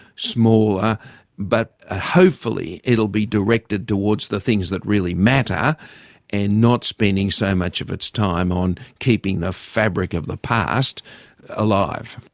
smaller but ah hopefully it'll be directed towards the things that really matter and not spending so much of its time on keeping the fabric of the past alive.